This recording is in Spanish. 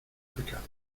pecado